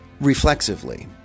reflexively